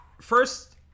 First